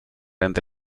entre